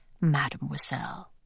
mademoiselle